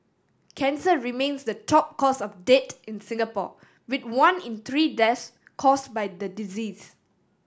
cancer remains the top cause of death in Singapore with one in three deaths caused by the disease